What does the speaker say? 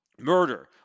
murder